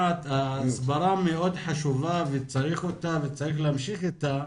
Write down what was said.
ההסברה מאוד חשובה וצריך אותה וצריך להמשיך איתה,